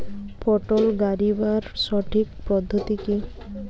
পটল গারিবার সঠিক পদ্ধতি কি?